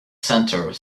center